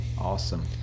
Awesome